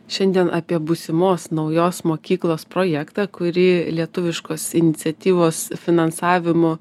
šiandien apie būsimos naujos mokyklos projektą kurį lietuviškos iniciatyvos finansavimu